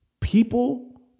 People